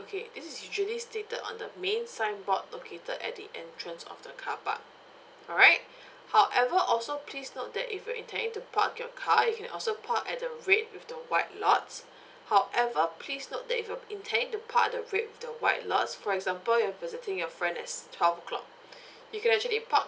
okay this is usually stated on the main signboard located at the entrance of the car park alright however also please note that if you're intending to park your car you can also park at the red with the white lots however please note that if you're intending to park at the red with the white lots for example you're visiting your friend at s~ twelve o'clock you can actually park